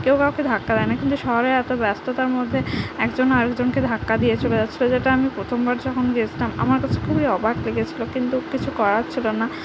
কেউ কাউকে ধাক্কা দেয় না কিন্তু শহরে এত ব্যস্ততার মধ্যে একজন আরেকজনকে ধাক্কা দিয়ে চলে যাচ্ছিল যেটা আমি প্রথমবার যখন গেছিলাম আমার কাছে খুবই অবাক লেগেছিলো কিন্তু কিছু করার ছিল না